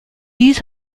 dies